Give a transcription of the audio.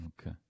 Okay